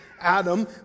Adam